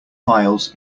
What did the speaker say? files